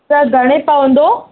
त घणे पवंदो